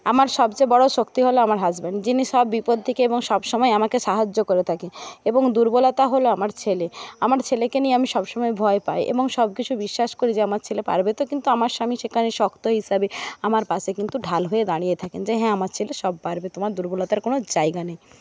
আমার সবচেয়ে বড়ো শক্তি হল আমার হাজবেন্ড যিনি সব বিপদ থেকে এবং সবসময় আমাকে সাহায্য করে থাকে এবং দুর্বলতা হল আমার ছেলে আমার ছেলেকে নিয়ে আমি সবসময় ভয় পাই এবং সবকিছু বিশ্বাস করি যে আমার ছেলে পারবে তো কিন্তু আমার স্বামী সেখানে শক্ত হিসাবে আমার পাশে কিন্তু ঢাল হয়ে দাঁড়িয়ে থাকেন যে হ্যাঁ আমার ছেলে সব পারবে তোমার দুর্বলতার কোনও জায়গা নেই